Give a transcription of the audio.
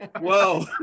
Whoa